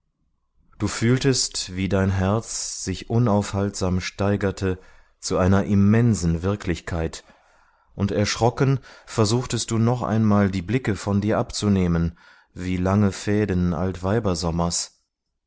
du fühltest wie dein herz sich unaufhaltsam steigerte zu einer immensen wirklichkeit und erschrocken versuchtest du noch einmal die blicke von dir abzunehmen wie lange fäden altweibersommers